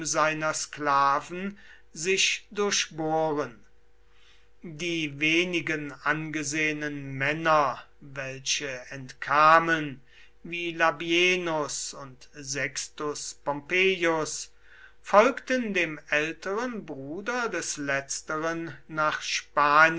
seiner sklaven sich durchbohren die wenigen angesehenen männer welche entkamen wie labienus und sextus pompeius folgten dem älteren bruder des letzteren nach